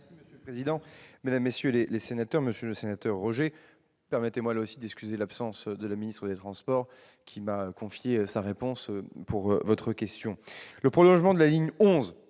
Monsieur le président, mesdames, messieurs les sénateurs, monsieur Roger, permettez-moi d'excuser l'absence de la ministre des transports, qui m'a confié la charge de répondre à votre question. Le prolongement de la ligne 11